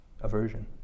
aversion